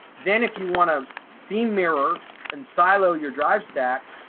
then if you want to theme mirror and silo your drive stack,